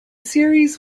series